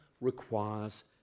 requires